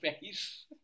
face